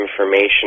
information